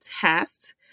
test